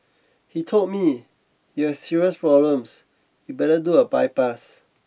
he told me you have serious problems you better do a bypass